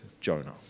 Jonah